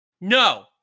No